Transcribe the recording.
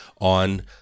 On